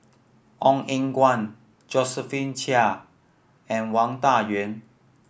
Ong Eng Guan Josephine Chia and Wang Dayuan